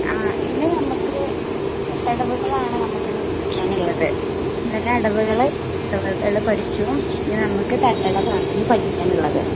ആ ഇന്ന് നമുക്ക് എട്ടടവുകളാണ് നമുക്ക് ഇന്ന് പഠിക്കാൻ ഉള്ളത് ഇന്നലെ അടവുകൾ പഠിച്ചു ഇനി നമുക്ക് തട്ടടവാണ് ഇന്ന് പഠിക്കാനുള്ളത്